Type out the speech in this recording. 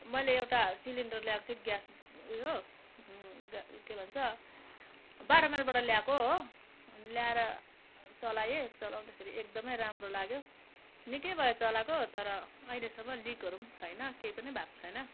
मैले एउटा सिलिन्डर ल्याएको थिएँ ग्यास उयो के भन्छ बाह्र माइलबाट ल्याएको हो ल्याएर चलाए चलाउँदाखेरि एकदमै राम्रो लाग्यो निकै भयो चलाएको तर अहिलेसम्म लिकहरू पनि छैन केही पनि भएको छैन